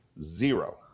zero